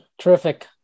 Terrific